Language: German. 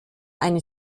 einen